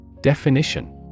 Definition